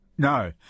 No